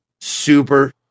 super